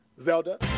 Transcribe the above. Zelda